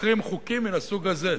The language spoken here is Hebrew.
להחרים חוקים מן הסוג הזה,